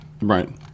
right